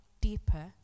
deeper